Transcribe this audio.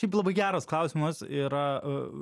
šiaip labai geras klausimas yra